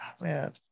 Man